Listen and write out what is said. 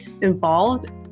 involved